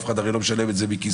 אף אחד הרי לא משלם את זה מכיסו,